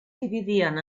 dividien